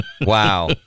wow